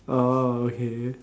orh okay